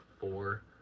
four